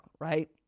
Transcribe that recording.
right